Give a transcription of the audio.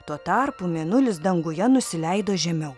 tuo tarpu mėnulis danguje nusileido žemiau